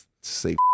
say